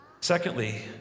Secondly